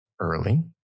early